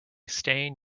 stain